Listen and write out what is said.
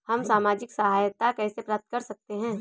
हम सामाजिक सहायता कैसे प्राप्त कर सकते हैं?